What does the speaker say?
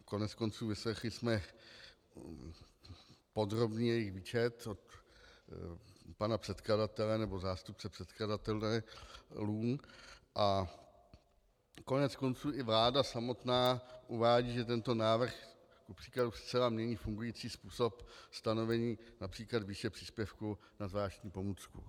Koneckonců vyslechli jsme podrobný výčet pana předkladatele, nebo zástupce předkladatelů, a koneckonců i vláda samotná uvádí, že tento návrh zcela mění fungující způsob stanovení například výše příspěvku na zvláštní pomůcky.